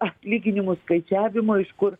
atlyginimų skaičiavimo iš kur